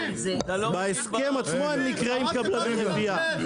--- בהסכם עצמו הם נקראים קבלני רבייה.